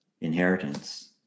inheritance